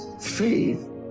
faith